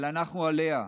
אבל אנחנו עליה,